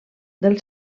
del